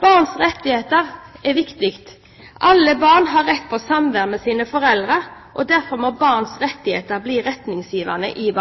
Barns rettigheter er viktige. Alle barn har rett til samvær med sine foreldre, og derfor må barns rettigheter bli retningsgivende i